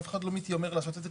אף אחד לא מתיימר לעשות את זה,